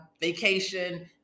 vacation